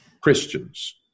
Christians